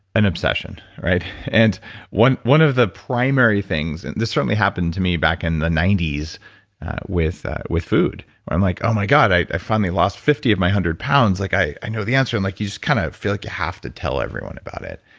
an obsession. and one one of the primary things, and this certainly happened to me back in the ninety s with with food where i'm like, oh my god. i finally lost fifty of my one hundred pounds. like i i know the answer. and like you just kind of feel like you have to tell everyone about it.